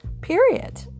Period